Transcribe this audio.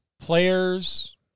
Players